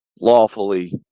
lawfully